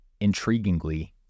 Intriguingly